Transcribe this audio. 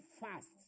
fast